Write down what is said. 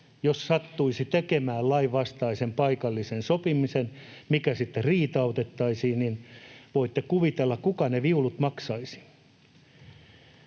hän sattuisi tekemään lainvastaisen paikallisen sopimisen, mikä sitten riitautettaisiin, niin voitte kuvitella, kuka ne viulut maksaisi